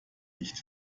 nicht